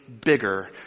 bigger